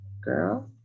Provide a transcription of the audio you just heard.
girl